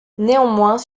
néanmoins